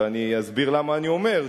ואני אסביר למה אני אומר,